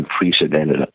unprecedented